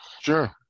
sure